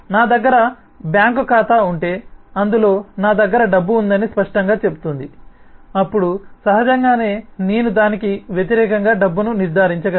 నా దగ్గర బ్యాంకు ఖాతా ఉంటే అందులో నా దగ్గర డబ్బు ఉందని స్పష్టంగా చెబుతుంది అప్పుడు సహజంగానే నేను దానికి వ్యతిరేకంగా డబ్బును నిర్ధారించగలను